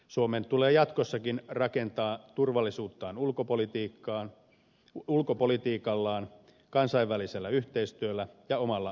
suomen tulee jatkossakin rakentaa turvallisuuttaan ulkopolitiikallaan kansainvälisellä yhteistyöllä ja omalla armeijalla